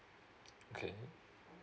okay